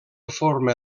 forma